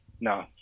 no